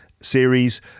series